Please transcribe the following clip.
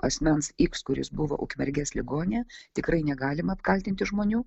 asmens x kuris buvo ukmergės ligoninėj tikrai negalima apkaltinti žmonių